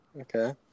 Okay